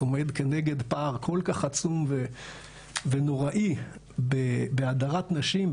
עומד כנגד פער כל כך עצום ונוראי בהדרת נשים,